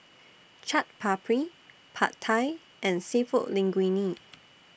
Chaat Papri Pad Thai and Seafood Linguine